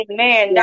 Amen